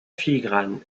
filigrane